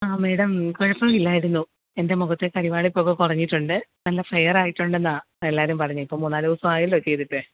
ആ മാഡം കുഴപ്പമില്ലായിരുന്നു എന്റെ മുഖത്തെ കരുവാളിപ്പൊക്കെ കുറഞ്ഞിട്ടുണ്ട് നല്ല ഫെയർ ആയിട്ടുണ്ടെന്നാണ് എല്ലാവരും പറഞ്ഞത് ഇപ്പം മൂന്നാല് ദിവസം ആയല്ലോ ചെയ്തിട്ട്